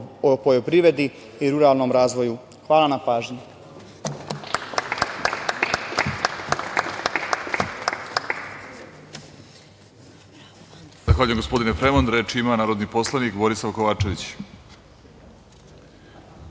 poljoprivredi i ruralnom razvoju. Hvala na pažnji.